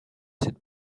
cette